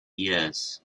years